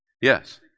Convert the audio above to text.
Yes